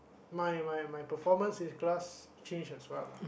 my my my performance in class change as well lah